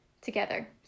together